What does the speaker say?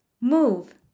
move